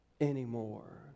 anymore